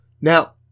Now